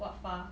[what] Fa